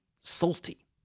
salty